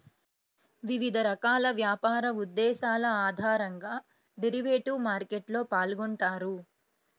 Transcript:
వివిధ రకాల వ్యాపార ఉద్దేశాల ఆధారంగా డెరివేటివ్ మార్కెట్లో పాల్గొంటారు